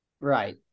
Right